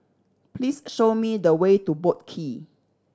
please show me the way to Boat Quay